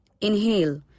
Inhale